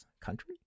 Country